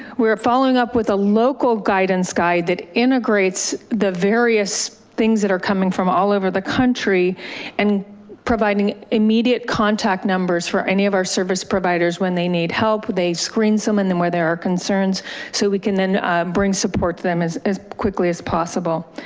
we're following up with a local guidance guide that integrates the various things that are coming from all over the country and providing immediate contact numbers for any of our service providers when they need help they screen someone where there are concerns so we can then bring support to them as as quickly as possible.